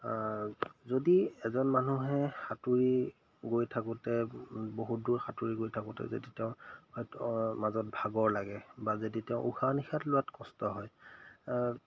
যদি এজন মানুহে সাঁতুৰি গৈ থাকোঁতে বহুত দূৰ সাঁতুৰি গৈ থাকোঁতে যদি তেওঁ হয়টো মাজত ভাগৰ লাগে বা যদি তেওঁ উশাহ নিশাহ লোৱাত কষ্ট হয়